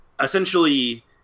essentially